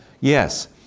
yes